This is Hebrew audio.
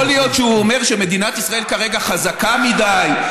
יכול להיות שהוא אומר שמדינת ישראל כרגע חזקה מדי,